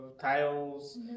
Tiles